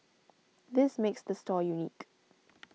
this makes the store unique